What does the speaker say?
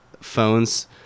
phones